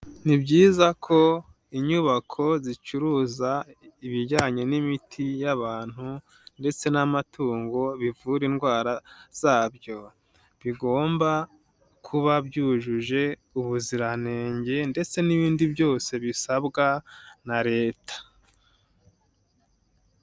Ni byiza ko inyubako zicuruza ibijyanye n'imiti y'abantu ndetse n'amatungo bivura indwara zabyo, bigomba kuba byujuje ubuziranenge ndetse n'ibindi byose bisabwa na leta.